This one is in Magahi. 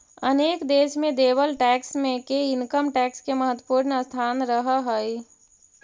अनेक देश में देवल टैक्स मे के इनकम टैक्स के महत्वपूर्ण स्थान रहऽ हई